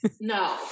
No